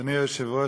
אדוני היושב-ראש,